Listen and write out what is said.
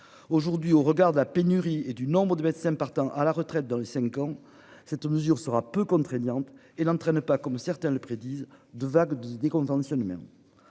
Aujourd'hui, au regard de la pénurie et du nombre de médecins partant à la retraite dans les 5 ans. Cette mesure sera peu contraignante et l'entraîne pas comme certains le prédisent de vagues des content